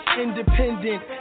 Independent